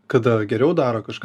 kada geriau daro kažką